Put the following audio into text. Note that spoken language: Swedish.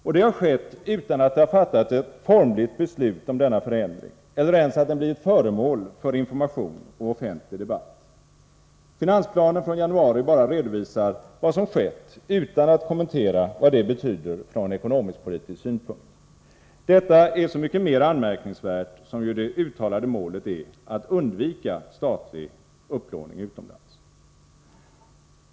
Och det har skett utan att det har fattats ett formligt beslut om denna förändring eller att den ens blivit föremål för information och offentlig debatt. Finansplanen från januari bara redovisar vad som skett utan att kommentera vad det betyder från ekonomisk-politisk synpunkt. Detta är så mycket mera anmärkningsvärt som ju det uttalade målet är att undvika statlig upplåning utomlands.